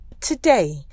Today